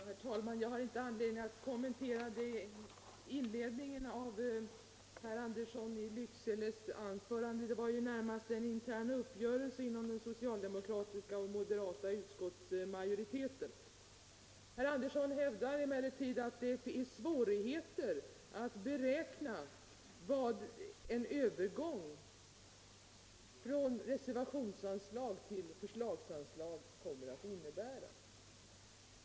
Herr talman! Jag har inte anledning att kommentera inledningen till herr Anderssons i Lycksele anförande. Det var ju närmast en intern uppgörelse inom den socialdemokratiska och moderata utskottsmajoriteten. Herr Andersson hävdar emellertid att det är svårt att beräkna vad en övergång från reservationsanslag till förslagsanslag kommer att innebära.